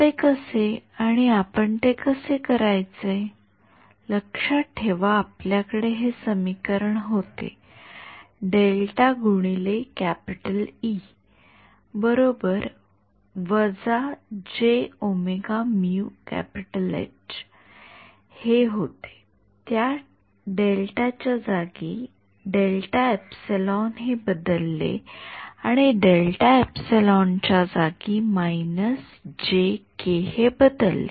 ते कसे आणि आपण ते कसे करायचे लक्षात ठेवा आपल्याकडे हे समीकरण होते हे होते त्या च्या जागी हे बदलले आणि च्या जागी हे बदलले